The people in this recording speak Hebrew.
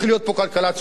אדוני שר האוצר,